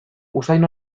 usain